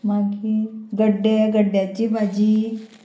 मागीर गड्डे गड्ड्यांची भाजी